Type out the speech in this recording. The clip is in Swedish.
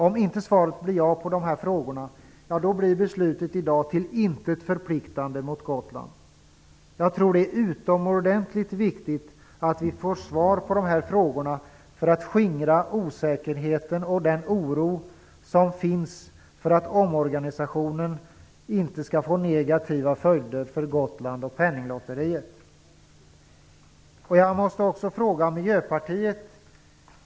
Om inte svaret blir ja på dessa frågor blir beslutet i dag till intet förpliktande gentemot Gotland. Jag tror att det är utomordentligt viktigt att vi får svar på dessa frågor så att den osäkerhet och oro som finns för att omorganisationen skall få negativa följder för Jag måste också ställa en fråga till Miljöpartiet.